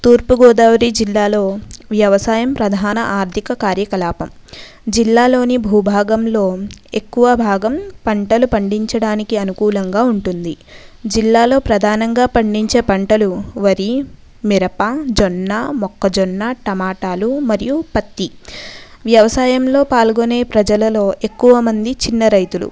తూర్పు గోదావరి జిల్లాలో వ్యవసాయం ప్రధాన ఆర్ధిక కార్యకలాపం జిల్లాలోని భూ భాగంలో ఎక్కువ భాగం పంటలు పండించడానికి అనుకూలంగా ఉంటుంది జిల్లాలో ప్రధానంగా పండించే పంటలు వరి మిరప జొన్నమొక్క జొన్న టమాటలు మరియు పత్తి వ్యవసాయంలో పాల్గోనే ప్రజలలో ఎక్కువ మంది చిన్న రైతులు